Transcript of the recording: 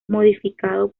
modificado